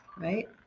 right